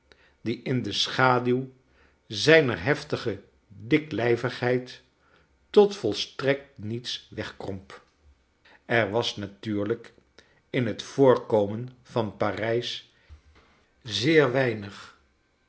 die in de schaduw zijner heftige diklijvigheid totvolstrekt niets wegkromp er was natuurlijk in het voorkomen van p a r ij s zeer weinig